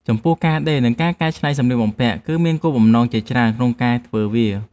ចំពោះ ការដេរ និងការកែច្នៃសម្លៀកបំពាក់ គឺមានគោលបំណងជាច្រើនក្នុងការធ្វើវា។